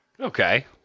Okay